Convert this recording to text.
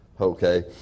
Okay